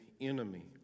enemy